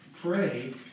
pray